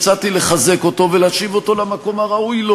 הצעתי לחזק אותו ולהשיב אותו למקום הראוי לו